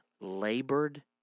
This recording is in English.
labored